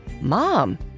Mom